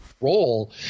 role